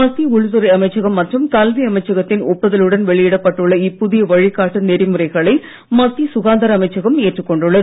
மத்திய உள்துறை அமைச்சகம் மற்றும் கல்வி அமைச்சகத்தின் ஒப்புதலுடன் வெளியிடப் பட்டுள்ள இப்புதிய வழிகாட்டு நெறிமுறைகளை மத்திய சுகாதார அமைச்சகமும் ஏற்றுக் கொண்டுள்ளது